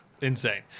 Insane